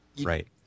Right